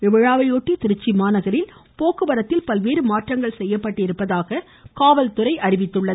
இவ்விழாவையொட்டி திருச்சி மாநகரில் போக்குவரத்தில் பல்வேறு மாற்றங்கள் செய்யப்பட்டுள்ளதாக காவல்துறை அறிவித்துள்ளது